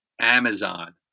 Amazon